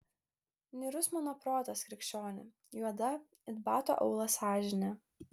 niūrus mano protas krikščioni juoda it bato aulas sąžinė